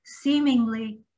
seemingly